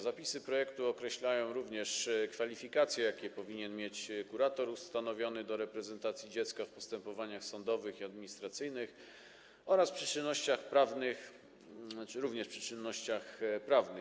Zapisy projektu określają również kwalifikacje, jakie powinien mieć kurator ustanowiony do reprezentacji dziecka w postępowaniach sądowych i administracyjnych oraz przy czynnościach prawnych, również przy czynnościach prawnych.